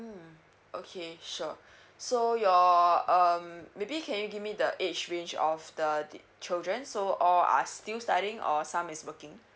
mm okay sure so your um maybe can you give me the age range of the the children so all are still studying or some is working